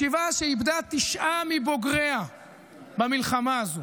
ישיבה שאיבדה תשעה מבוגריה במלחמה הזו,